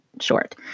short